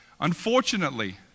Unfortunately